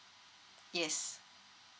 yes